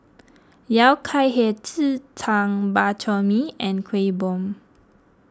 Yao Cai Hei Ji Tang Bak Chor Mee and Kuih Bom